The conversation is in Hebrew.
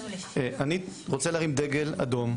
אני רוצה להרים דגל אדום,